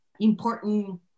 important